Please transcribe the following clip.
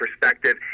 perspective